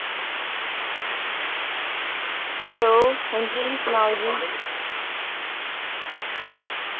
hello हांजी सनाओ जी